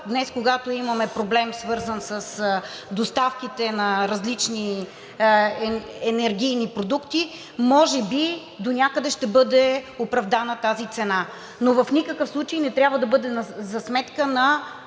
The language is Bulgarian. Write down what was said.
днес, когато имаме проблем, свързан с доставките на различни енергийни продукти, може би донякъде ще бъде оправдана тази цена, но в никакъв случа не трябва да бъде за сметка на